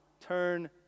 turn